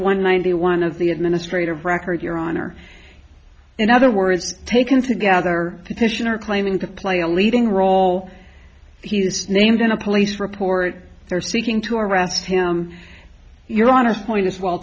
one ninety one of the administrative record your honor in other words taken together petitioner claiming to play a leading role he's named in a police report they're seeking to arrest him you want to point is well